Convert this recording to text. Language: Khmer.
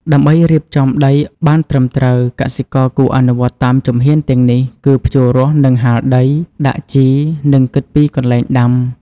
ដើម្បីរៀបចំដីបានត្រឹមត្រូវ កសិករគួរអនុវត្តតាមជំហានទាំងនេះគឺ ភ្ជួររាស់និងហាលដី ដាក់ជី និងគិតពីកន្លែងដាំ។